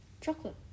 Chocolate